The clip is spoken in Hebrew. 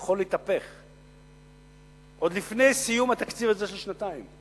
יכול להתהפך, עוד לפני סיום התקציב הזה של שנתיים,